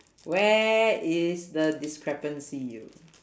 where is the discrepancy